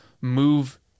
move